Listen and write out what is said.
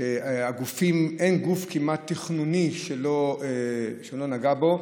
שאין כמעט גוף תכנוני שלא נגע בו.